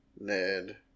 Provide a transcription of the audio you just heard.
Ned